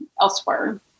elsewhere